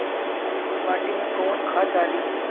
माटी में कोउन खाद डाली?